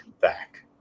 back